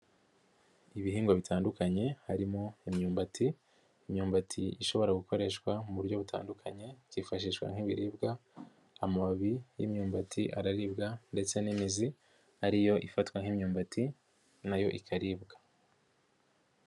Ibihingwa bitandukanye harimo imyumbati, imyumbati ishobora gukoreshwa mu buryo butandukanye ikifashishwa nk'ibiribwa, amababi y'imyumbati araribwa ndetse n'imizi ari yo ifatwa nk'imyumbati na yo ikaribwa.